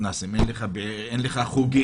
אין לך פעילות במתנ"סים, אין לך חוגים,